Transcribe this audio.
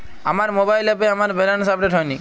আমার মোবাইল অ্যাপে আমার ব্যালেন্স আপডেট হয়নি